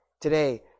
Today